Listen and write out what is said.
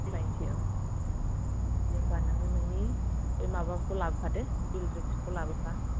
सोलायनोसै औ दे होमब्ला नोङो नोंनि माबाखौबो लाबोफा दे बिल रिसिपखौबो लाबोफा